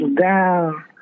down